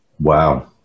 Wow